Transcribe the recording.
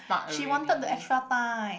she wanted the extra time